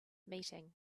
meeting